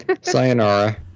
Sayonara